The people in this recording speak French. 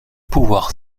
pouvoir